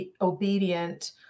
obedient